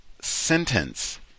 sentence